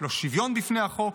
לא שוויון בפני החוק,